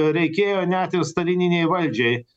reikėjo net ir stalininei valdžiai